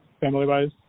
family-wise